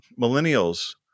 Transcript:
millennials